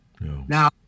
Now